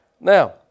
Now